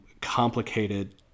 complicated